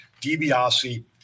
DiBiase